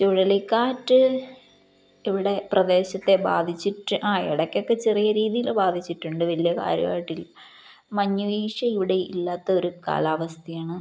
ചുഴലിക്കാറ്റ് ഇവിടെ പ്രദേശത്തെ ബാധിച്ചിട്ട് ആ ഇടയ്ക്കൊക്കെ ചെറിയ രീതിയില് ബാധിച്ചിട്ടുണ്ട് വലിയ കാര്യമായിട്ടില്ല മഞ്ഞുവീഴ്ച ഇവിടെ ഇല്ലാത്തൊരു കാലാവസ്ഥയാണ്